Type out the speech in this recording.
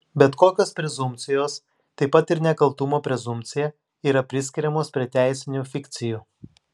bet kokios prezumpcijos taip pat ir nekaltumo prezumpcija yra priskiriamos prie teisinių fikcijų